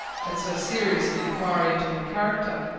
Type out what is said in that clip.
at so serious an inquiry into her character.